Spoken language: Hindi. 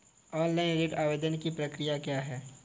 ऑनलाइन ऋण आवेदन की प्रक्रिया क्या है?